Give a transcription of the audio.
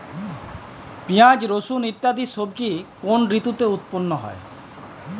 পিঁয়াজ রসুন ইত্যাদি সবজি কোন ঋতুতে উৎপন্ন হয়?